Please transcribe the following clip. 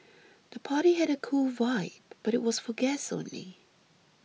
the party had a cool vibe but was for guests only